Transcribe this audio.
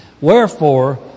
Wherefore